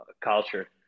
culture